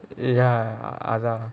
ya அதான்:athaan